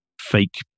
fake